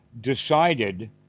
decided